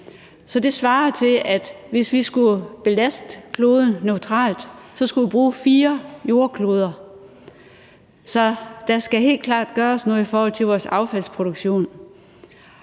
Det svarer til, at vi, hvis vi skulle belaste kloden klimaneutralt, skulle bruge fire jordkloder. Så der skal helt klart gøres noget i forhold til vores affaldsproduktion.